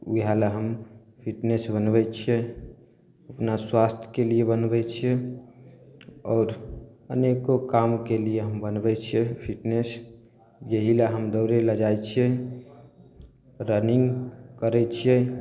इएह लए हम फिटनेस बनबय छियै अपना स्वास्थ्यके लिए बनबय छियै आओर अनेको कामके लिए हम बनबय छियै फिटनेस एहि लए हम दौड़य लए जाइ छियै रनिंग करय छियै